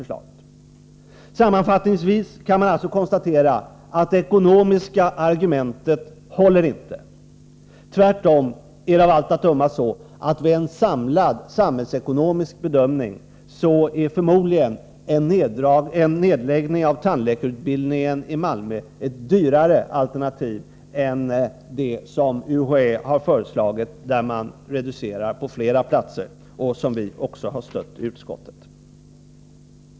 Sammanfattningsvis kan man alltså konstatera att det ekonomiska argumentet inte håller. Tvärtom är det av allt att döma så, att en nedläggning av tandläkarutbildningen vid en samlad samhällsekonomisk bedömning förmodligen är ett dyrare alternativ än det som man inom UHÄ har föreslagit där man drar ner på flera platser, vilket vi också har stött i utskottet.